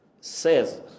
says